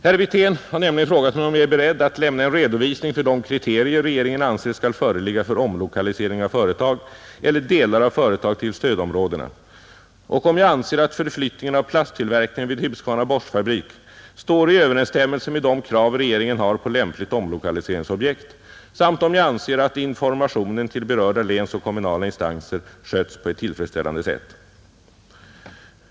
Herr Wirtén har nämligen frågat mig, om jag är beredd att lämna en redovisning för de kriterier regeringen anser skall föreligga för omlokalisering av företag eller delar av företag till stödområdena och om jag anser att förflyttningen av plasttillverkningen vid Husqvarna Borstfabrik står i överensstämmelse med de krav regeringen har på lämpligt omlokaliseringsobjekt samt om jag anser att informationen till berörda länsinstanser och kommunala instanser skötts på ett tillfredsställande sätt.